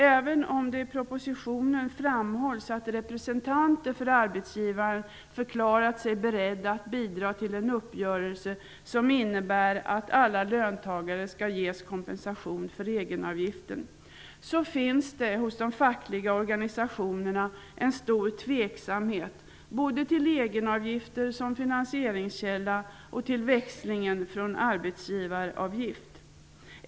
Även om det i propositionen framhålls att representanter för arbetsgivarna har förklarat sig beredda att bidra till en uppgörelse som innebär att alla löntagare skall ges kompensation för egenavgiften finns det hos de fackliga organisationerna en stor tveksamhet, både till egenavgifter som finanseringskälla och till växlingen från arbetsgivaravgifter.